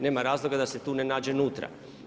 Nema razloga da se tu ne nađe unutra.